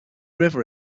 river